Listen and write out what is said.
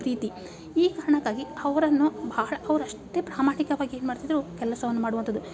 ಪ್ರೀತಿ ಈ ಕಾರಣಕ್ಕಾಗಿ ಅವರನ್ನು ಭಾಳ ಅವ್ರು ಅಷ್ಟೇ ಪ್ರಾಮಾಣಿಕವಾಗಿ ಏನು ಮಾಡ್ತಿದ್ದರು ಕೆಲಸವನ್ನು ಮಾಡುವಂಥದ್ದು